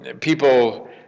people